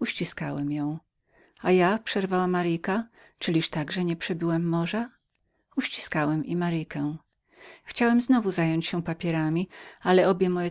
uściskałem ją a ja przerwała marika czyliż także nie przebyłam morza uściskałem i marikę